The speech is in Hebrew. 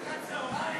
הפסקת צהריים,